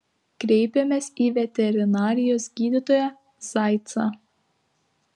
kreipėmės į veterinarijos gydytoją zaicą